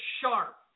sharp